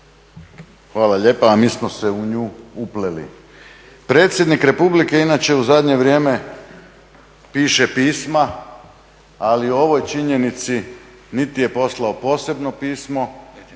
Hvala lijepa a mi smo se u nju upleli. Predsjednik Republike inače u zadnje vrijeme piše pisma ali o ovoj činjenici niti je poslao posebno pismo